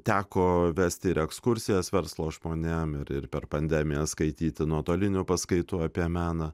teko vesti ir ekskursijas verslo žmonėm ir per pandemiją skaityti nuotolinių paskaitų apie meną